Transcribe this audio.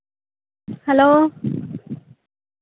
hello